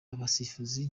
abasifuzi